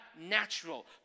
natural